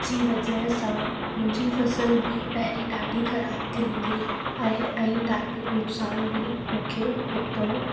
जी वज़ह सां मुंहिंजी फसल बि पहिरीं ॾाढी ख़राब थींदी अहे ऐं ॾाढो नुकसानु बि मूंखे भुगितणो